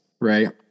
right